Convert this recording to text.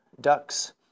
ducks